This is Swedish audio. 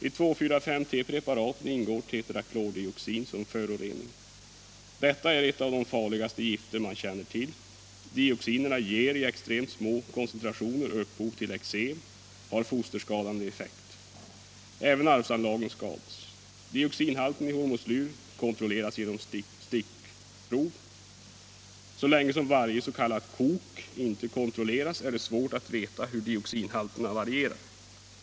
I 2,4,5-T-preparaten ingår tetraklordioxin som förorening. Detta är ett av de farligaste gifter man känner till. Dioxinerna ger i extremt små koncentrationer upphov till eksem och har fosterskadande effekt. Även arvsanlagen skadas. Dioxinhalten i hormoslyr kontrolleras genom stickprov. Så länge som varje s.k. kok inte kontrolleras är det svårt att veta hur dioxinhalterna varierar.